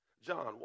John